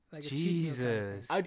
Jesus